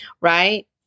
right